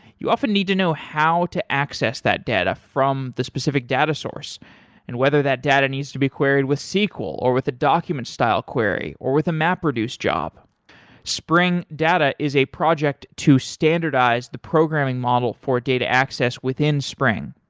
you often need to know how to access that data from the specific data source and whether that data needs to be queried with sql, or with the document style query, or with a mapreduce job spring data is a project to standardize the programming model for data access within spring.